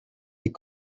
les